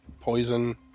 poison